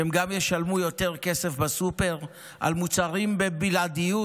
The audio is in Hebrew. שהם גם ישלמו יותר כסף בסופר על מוצרים בבלעדיות,